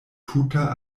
tuta